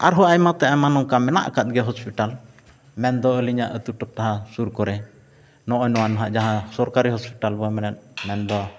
ᱟᱨᱦᱚᱸ ᱟᱭᱢᱟᱛᱮ ᱟᱭᱢᱟ ᱱᱚᱝᱠᱟ ᱢᱮᱱᱟᱜ ᱟᱠᱟᱫ ᱜᱮᱭᱟ ᱦᱚᱥᱯᱤᱴᱟᱞ ᱢᱮᱱᱫᱚ ᱟᱹᱞᱤᱧᱟᱜ ᱟᱹᱛᱩ ᱴᱚᱴᱷᱟ ᱥᱩᱨ ᱠᱚᱨᱮ ᱱᱚᱜᱼᱚᱭ ᱱᱚᱣᱟ ᱡᱟᱦᱟᱸ ᱥᱚᱨᱠᱟᱨᱤ ᱦᱟᱥᱯᱟᱛᱟᱞ ᱵᱚᱱ ᱢᱮᱱᱮᱫ ᱢᱮᱱᱫᱚ